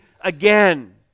again